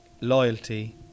loyalty